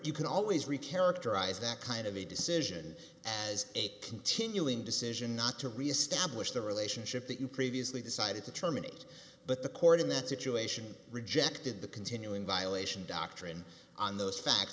you can always reach characterize that kind of a decision as a continuing decision not to reestablish the relationship that you previously decided to terminate but the court in that situation rejected the continuing violation doctrine on those facts